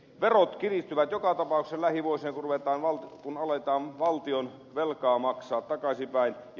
verot kiristyvät joka tapauksessa lähivuosina kun aletaan valtionvelkaa maksaa takaisinpäin